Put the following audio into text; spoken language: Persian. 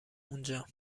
اونجا